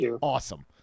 awesome